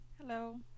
Hello